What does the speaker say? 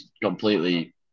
completely